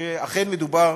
שאכן מדובר